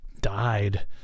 died